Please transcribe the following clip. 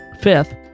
Fifth